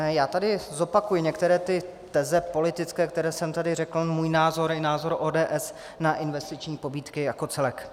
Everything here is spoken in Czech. Já tady zopakuji některé ty teze politické, které jsem tady řekl, svůj názor i názor ODS na investiční pobídky jako celek.